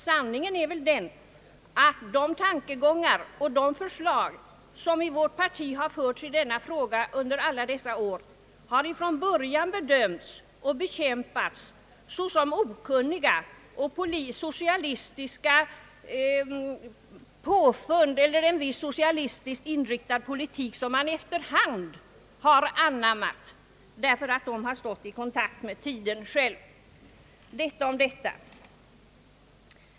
Sanningen är den, att de tankegångar och de förslag som vårt parti har fört fram i denna fråga under alla dessa år från början har bedömts och bekämpats såsom orealistiska och socialistiska påfund; en viss socialistiskt inriktad politik skulle ha förts på detta område. Dessa tankegångar och förslag har emellertid efter hand anammats därför att man funnit att de har stått i kontakt med tiden själv. Detta om detta.